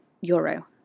euro